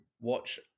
watch